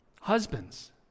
Husbands